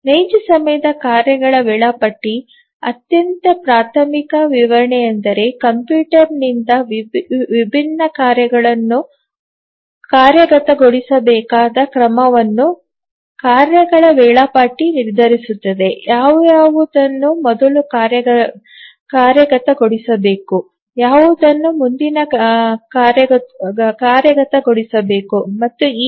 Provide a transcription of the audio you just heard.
ನೈಜ ಸಮಯದ ಕಾರ್ಯಗಳ ವೇಳಾಪಟ್ಟಿ ಅತ್ಯಂತ ಪ್ರಾಥಮಿಕ ವಿವರಣೆಯೆಂದರೆ ಕಂಪ್ಯೂಟರ್ನಿಂದ ವಿಭಿನ್ನ ಕಾರ್ಯಗಳನ್ನು ಕಾರ್ಯಗತಗೊಳಿಸಬೇಕಾದ ಕ್ರಮವನ್ನು ಕಾರ್ಯಗಳ ವೇಳಾಪಟ್ಟಿ ನಿರ್ಧರಿಸುತ್ತದೆ ಯಾವುದನ್ನು ಮೊದಲು ಕಾರ್ಯಗತಗೊಳಿಸಬೇಕು ಯಾವುದನ್ನು ಮುಂದಿನ ಕಾರ್ಯಗತಗೊಳಿಸಬೇಕು ಮತ್ತು ಹೀಗೆ